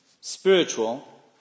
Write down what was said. spiritual